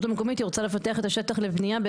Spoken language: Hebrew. המקומית אם היא רוצה לפתח את השטח לבנייה,